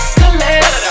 collect